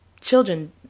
Children